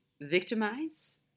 victimize